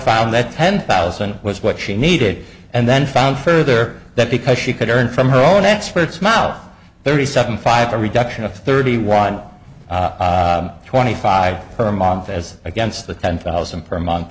found that ten thousand was what she needed and then found further that because she could earn from her own experts now thirty seven five a reduction of thirty one twenty five per month as against the ten thousand per month